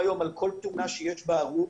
היום על כל תאונה שיש בה הרוג,